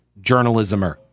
Journalismer